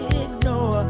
ignore